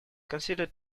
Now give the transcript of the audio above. considered